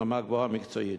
רמה גבוהה ומקצועיות.